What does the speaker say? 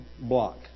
block